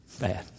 Bad